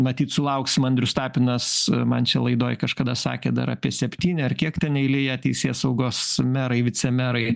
matyt sulauksim andrius tapinas man čia laidoj kažkada sakė dar apie septyni ar kiek ten eilėje teisėsaugos merai vicemerai